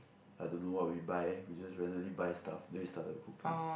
I don't know what we buy we just randomly buy stuff then we started cooking